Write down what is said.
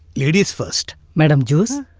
ladies first. madam juice